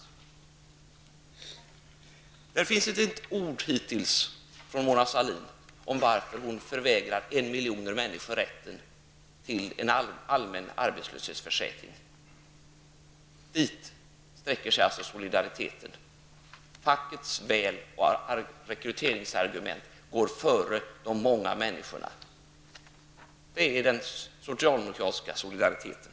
Mona Sahlin har hittills inte nämnt ett ord om varför hon förvägrar en miljon människor rätten till en allmän arbetslöshetsförsäkring. Dit sträcker sig alltså solidariteten. Fackets väl och rekryteringsargument går före de många människorna. Det är den socialdemokratiska solidariteten.